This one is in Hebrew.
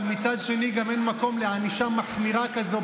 אבל מצד שני גם אין מקום לענישה מחמירה כזאת,